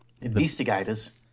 Investigators